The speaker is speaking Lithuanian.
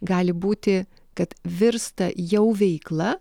gali būti kad virsta jau veikla